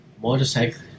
motorcycle